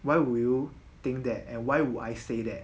why would you think that and why would I say that